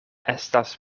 estas